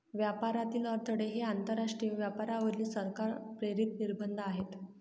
व्यापारातील अडथळे हे आंतरराष्ट्रीय व्यापारावरील सरकार प्रेरित निर्बंध आहेत